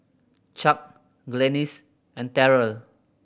Chuck Glennis and Terrell